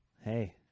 hey